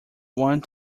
want